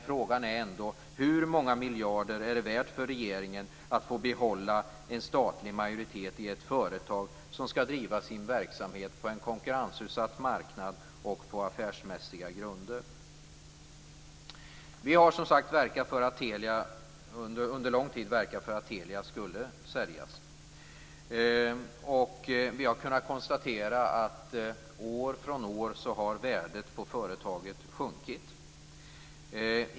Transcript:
Frågan är ändå: Hur många miljarder är det värt för regeringen att få behålla en statlig majoritet i ett företag som skall driva sin verksamhet på en konkurrensutsatt marknad och på affärsmässiga grunder? Vi har, som sagt var, under lång tid verkat för att Telia skulle säljas. Vi har kunnat konstatera att år från år har värdet på företaget sjunkit.